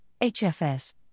HFS